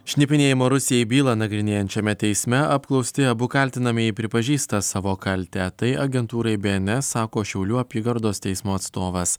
šnipinėjimo rusijai bylą nagrinėjančiame teisme apklausti abu kaltinamieji pripažįsta savo kaltę tai agentūrai bns sako šiaulių apygardos teismo atstovas